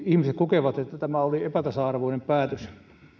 ihmiset kokevat että tämä oli alueellisesti epätasa arvoinen päätös